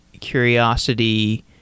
curiosity